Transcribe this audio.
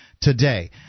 today